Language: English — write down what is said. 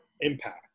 impact